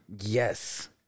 Yes